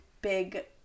big